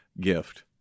gift